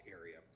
area